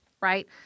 right